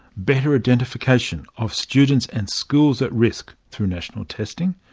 better identification of students and schools at risk through national testing,